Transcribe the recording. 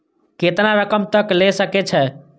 केतना रकम तक ले सके छै?